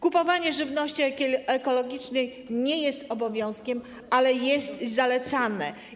Kupowanie żywności ekologicznej nie jest obowiązkiem, ale jest zalecane.